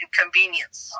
convenience